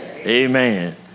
amen